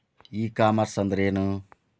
E commerce ಅಂದ್ರೇನು?